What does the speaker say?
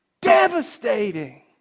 Devastating